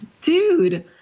dude